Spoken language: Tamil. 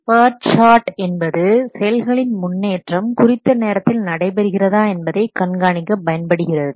பர்ட் சார்ட் என்பது செயல்களின்முன்னேற்றம் குறித்த நேரத்தில் நடைபெறுகிறதா என்பதை கண்காணிக்க பயன்படுகிறது